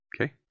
Okay